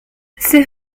c’est